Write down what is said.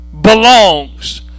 belongs